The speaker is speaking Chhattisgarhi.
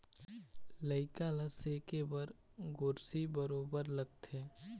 लइका ल सेके बर गोरसी बरोबर लगथे